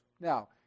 Now